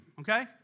okay